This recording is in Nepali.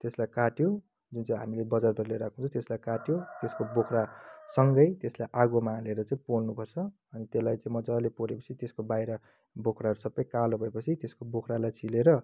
त्यसलाई काट्यो जुन चाहिँ हामीले बजारबाट लिएर आएको हुन्छ त्यसलाई काट्यो त्यसको बोक्रासँगै त्यसलाई आगोमा हालेर चाहिँ पोल्नुपर्छ अनि त्यसलाई चाहिँ मजाले पोलेपछि त्यसको बाहिर बोक्राहरू सबै कालो भएपछि त्यसको बोक्रालाई छिलेर